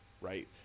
right